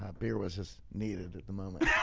ah beer was as needed at the moment